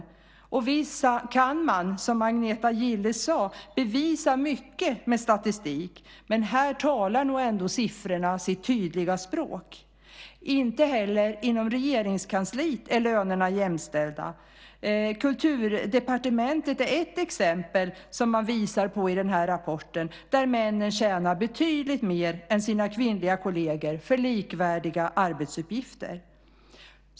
Visst kan man, som Agneta Gille sade, bevisa mycket med statistik, men här talar nog ändå siffrorna sitt tydliga språk. Inte heller inom Regeringskansliet är lönerna jämställda. Kulturdepartementet är ett exempel som man visar på i den här rapporten där männen tjänar betydigt mer än sina kvinnliga kolleger för likvärdiga arbetsuppgifter.